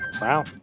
Wow